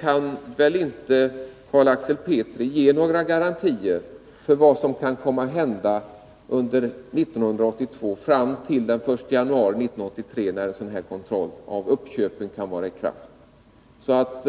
kan väl inte Carl Axel Petri ge några garantier för vad som kan komma att hända under 1982 fram till den 1 januari 1983, när en kontroll av uppköpen kan vara i kraft.